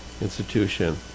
institution